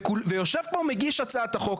ויושב פה מגיש הצעת החוק,